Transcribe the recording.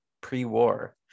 pre-war